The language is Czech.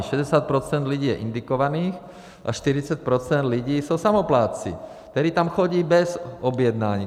Šedesát procent lidí je indikovaných a čtyřicet procent lidí jsou samoplátci, kteří tam chodí bez objednání.